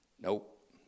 Nope